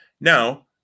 Now